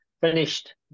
Finished